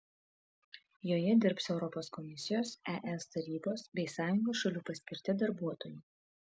joje dirbs europos komisijos es tarybos bei sąjungos šalių paskirti darbuotojai